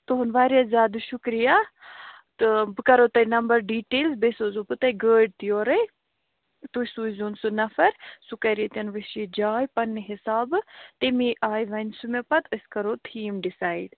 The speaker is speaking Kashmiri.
تُہُنٛد واریاہ زیادٕ شُکریہ تہٕ بہٕ کرہو تۅہہِ نَمبر ڈیٹیل بیٚیہِ سوٗزہو تۅہہِ گٲڑۍ تہِ یورٕے تُہۍ سوٗزہون سُہ نَفر سُہ کَرِ ییٚتیٚن وُچھِ یہِ جاے پنٕنہِ حِسابہٕ تمی آیہِ ونہِ سُہ مےٚ پَتہٕ أسۍ کَرو تھیٖم ڈِسایِڈ